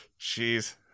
Jeez